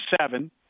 seven